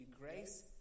grace